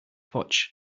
potch